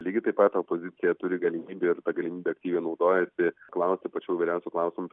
lygiai taip pat opozicija turi galimybę ir ta galimybe aktyviai naudojasi klausti pačių įvairiausių klausimų